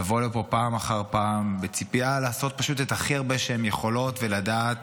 לבוא לפה פעם אחר פעם בציפייה לעשות פשוט את הכי הרבה שהן יכולות ולדעת